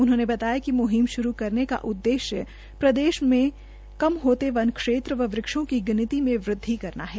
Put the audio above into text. उन्होंने बताया कि मुहिम शुरू करने करने का उद्देश्य े प्रदेश के कम होत वन क्षेत्र का वृक्षों की गिनती में वृक्षि करना है